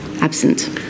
absent